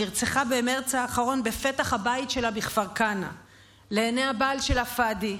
נרצחה במרץ האחרון בפתח הבית שלה בכפר כנא לעיני הבעל שלה פאדי,